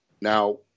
Now